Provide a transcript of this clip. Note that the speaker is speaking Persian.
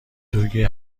دوگ